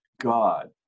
God